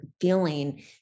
feeling